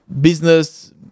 business